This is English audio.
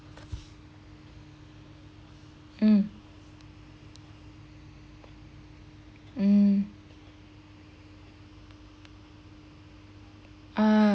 mm mm ah